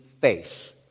face